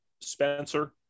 Spencer